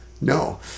no